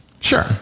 Sure